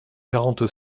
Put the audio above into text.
quarante